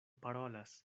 parolas